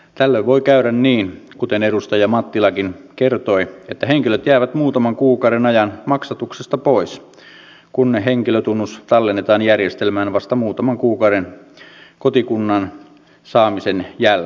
tällöin voi käydä niin kuten edustaja mattilakin kertoi että henkilöt jäävät muutaman kuukauden ajan maksatuksesta pois kun henkilötunnus tallennetaan järjestelmään vasta muutaman kuukauden kotikunnan saamisen jälkeen